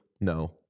No